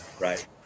Right